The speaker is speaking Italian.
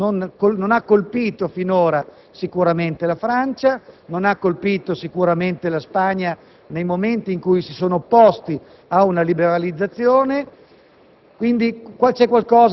non ha colpito finora sicuramente la Francia, né la Spagna nei momenti in cui si sono opposte ad una liberalizzazione.